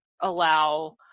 allow